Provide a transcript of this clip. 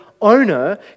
owner